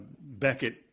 Beckett